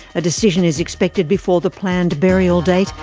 a decision is expected before the planned burial date,